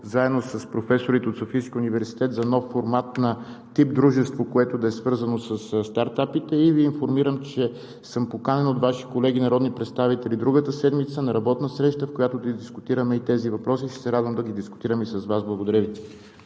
заедно с професорите от Софийския университет за нов формат на тип дружество, което да е свързано със стартъпите. Информирам Ви, че съм поканен от Ваши колеги народни представители другата седмица на работна среща, в която да дискутираме и тези въпроси. Ще се радвам да ги дискутираме и с Вас. Благодаря Ви.